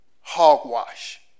Hogwash